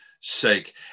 sake